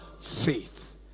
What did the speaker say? Faith